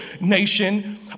nation